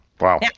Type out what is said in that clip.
Wow